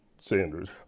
Sanders